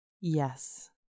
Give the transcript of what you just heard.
Yes